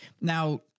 Now